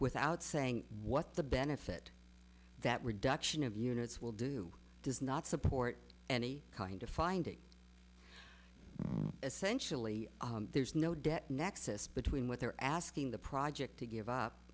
without saying what the benefit that reduction of units will do does not support any kind of finding essentially there's no debt nexus between what they're asking the project to give